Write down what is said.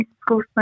school